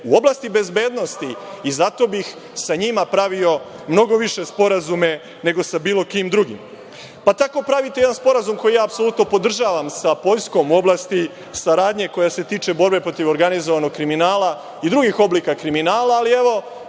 u oblasti bezbednosti i zato bih sa njima pravio mnogo više sporazume, nego sa bilo kim drugim. Tako pravite jedan sporazum, koji apsolutno podržavam, sa Poljskom u oblasti saradnje koji se tiče borbe protiv organizovanog kriminala i drugih oblika kriminala, ali za